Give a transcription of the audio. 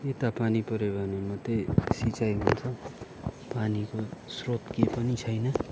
यता पानी पऱ्यो भने मात्रै सिँचाइ हुन्छ पानीको स्रोत केही पनि छैन